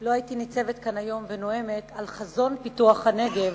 לא הייתי ניצבת כאן היום ונואמת על חזון פיתוח הנגב